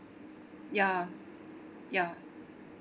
ya ya